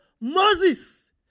Moses